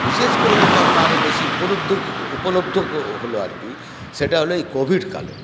বিশেষ করে যেটা আমরা আরো বেশি উপলব্ধ উপলব্ধ হল আর কি সেটা হল এই কোভিডকালে